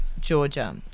Georgia